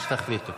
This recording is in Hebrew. מה שתחליטו.